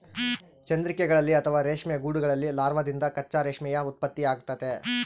ಚಂದ್ರಿಕೆಗಳಲ್ಲಿ ಅಥವಾ ರೇಷ್ಮೆ ಗೂಡುಗಳಲ್ಲಿ ಲಾರ್ವಾದಿಂದ ಕಚ್ಚಾ ರೇಷ್ಮೆಯ ಉತ್ಪತ್ತಿಯಾಗ್ತತೆ